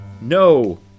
No